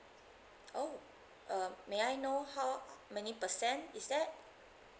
oh uh may I know how many percent is that